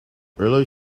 early